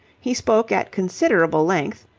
he spoke at considerable length,